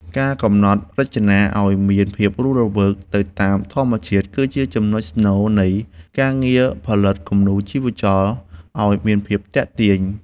ការកំណត់ចលនាឱ្យមានភាពរស់រវើកទៅតាមធម្មជាតិគឺជាចំណុចស្នូល នៃ ការងារផលិតគំនូរជីវចលឱ្យមានភាពទាក់ទាញ។